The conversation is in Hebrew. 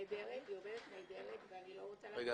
והיא עובדת נהדרת ואני לא רוצה ל- -- אז